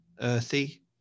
earthy